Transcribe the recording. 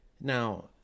now